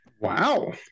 Wow